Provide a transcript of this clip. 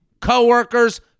coworkers